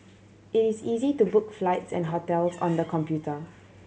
it is easy to book flights and hotels on the computer